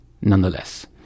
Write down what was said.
nonetheless